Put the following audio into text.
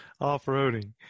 off-roading